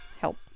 Help